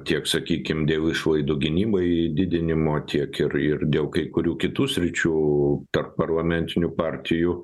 tiek sakykim dėl išlaidų gynybai didinimo tiek ir ir dėl kai kurių kitų sričių tarp parlamentinių partijų